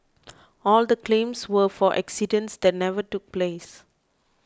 all the claims were for accidents that never took place